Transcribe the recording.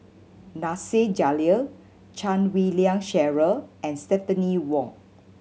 Nasir Jalil Chan Wei Ling Cheryl and Stephanie Wong